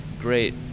great